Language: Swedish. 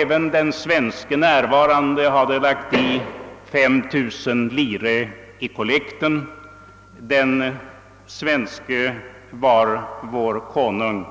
Även den svenske gästen hade lagt 5 000 lire i kollekten. Denne svenske gäst var vår konung